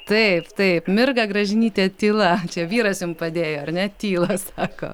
taip taip mirga gražinytė tyla čia vyras jum padėjo ar ne tyla sako